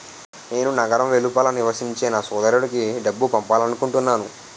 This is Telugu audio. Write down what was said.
నేను నగరం వెలుపల నివసించే నా సోదరుడికి డబ్బు పంపాలనుకుంటున్నాను